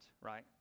right